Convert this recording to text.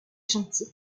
gentil